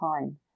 time